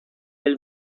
del